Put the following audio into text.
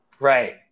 right